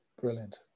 Brilliant